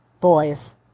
boys